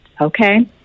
Okay